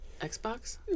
Xbox